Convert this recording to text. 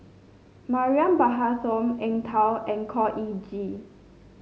Mariam Baharom Eng Tow and Khor Ean Ghee